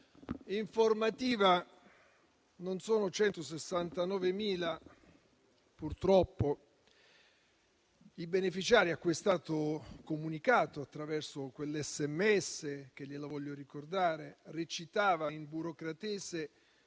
informativa: non sono 169.000 purtroppo i beneficiari a cui è stato inviato quell'SMS, che - glielo voglio ricordare - recitava in burocratese